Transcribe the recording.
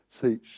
teach